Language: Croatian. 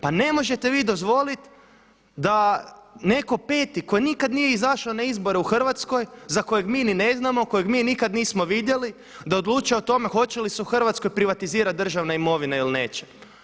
Pa ne možete vi dozvoliti da netko peti ko nikada nije izašao na izbore u Hrvatskoj, za kojeg mi ni ne znamo, kojeg mi nikad nismo vidjeli da odlučuje o tome hoće li se u Hrvatskoj privatizirati državna imovine ili neće?